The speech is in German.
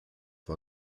war